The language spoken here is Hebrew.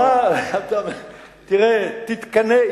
תראה, תתקנא.